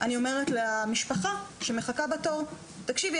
אני אומרת למשפחה שמחכה בתור: תקשיבי,